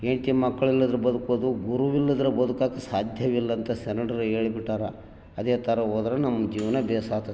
ಹೆಂಡ್ತಿ ಮಕ್ಕಳು ಇಲ್ಲಾದ್ರು ಬದುಕ್ಬೋದು ಗುರುವಿಲ್ಲದಿದ್ರೆ ಬದುಕೋಕ್ ಸಾಧ್ಯವಿಲ್ಲ ಅಂತ ಶರಣರು ಹೇಳಿ ಬಿಟ್ಟಾರಾ ಅದೇ ಥರ ಹೋದ್ರೆ ನಮ್ಮ ಜೀವನ ಭೇಷಾತತೆ